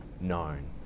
known